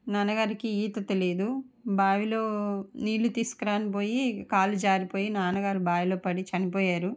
నాన్నగారికి ఈత తెలీదు బావిలో నీళ్ళు తీసుకురాను పోయి కాలు జారిపోయి నాన్న గారు బావిలో పడి చనిపోయారు